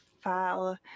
file